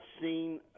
seen